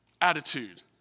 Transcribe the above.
attitude